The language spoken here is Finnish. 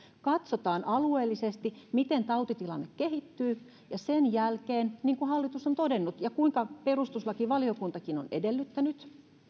katsotaan alueellisesti miten tautitilanne kehittyy ja sen jälkeen niin kuin hallitus on todennut ja kuinka perustuslakivaliokuntakin on edellyttänyt